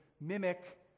mimic